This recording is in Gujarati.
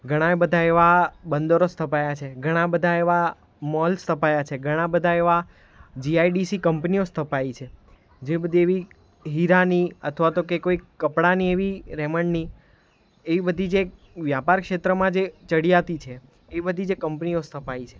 ઘણાય બધા એવા બંદરો સ્થપાયા છે ઘણા બધા એવા મોલ્સ સ્થપાયા છે ઘણા બધા એવા જીઆઈડીસી કંપનીઓ સ્થપાઈ છે જે બધી એવી હીરાની અથવા તો કે કોઈક કપડાંની એવી રેમંડની એવી બધી જે વ્યાપાર ક્ષેત્રમાં જે ચડિયાતી છે એ બધી જે કંપનીઓ સ્થપાઈ છે